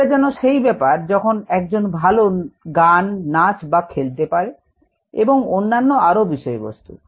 এটা যেন সেই ব্যাপার যখন একজন ভালো গান নাচ বা খেলতে পারে এবং অন্যান্য আরও বিষয়বস্তু